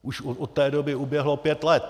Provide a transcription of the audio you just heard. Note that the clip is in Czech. Už od té doby uběhlo pět let!